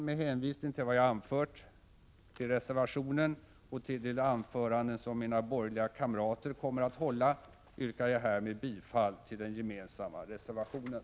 Med hänvisning till vad jag har anfört, till reservationen och till de anföranden som mina borgerliga kamrater kommer att hålla, yrkar jag härmed bifall till den gemensamma reservationen.